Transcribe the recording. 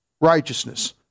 righteousness